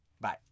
Bye